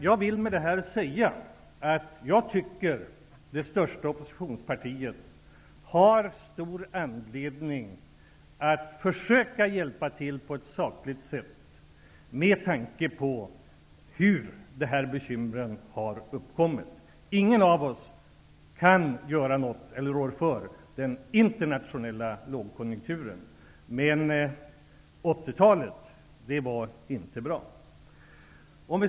Jag vill med det här säga att jag tycker att det största oppositionspartiet har stor anledning att försöka hjälpa till på ett sakligt sätt med tanke på hur bekymren har uppkommit. Ingen av oss kan göra något åt eller rår för den internationella lågkonjunkturen, men 1980-talet var inte bra.